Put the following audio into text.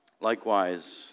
Likewise